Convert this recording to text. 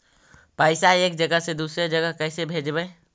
पैसा एक जगह से दुसरे जगह कैसे भेजवय?